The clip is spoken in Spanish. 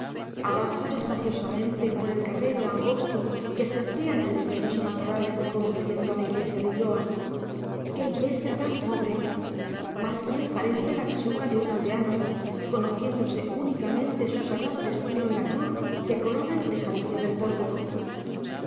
lomos avanza despaciosamente por el carrero angosto que serpea entre viñedos y matorrales conduciendo a la iglesia de ulloa qué iglesia tan pobre más bien parece la casuca de un aldeano conociéndose únicamente su sagrado destino en la cruz que corona el tejadillo del pórtico